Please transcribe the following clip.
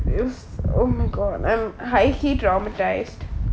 uh oh my god I'm highly dramatized